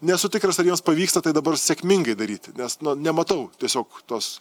nesu tikras ar jiems pavyksta tai dabar sėkmingai daryti nes nematau tiesiog tos